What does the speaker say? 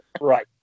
Right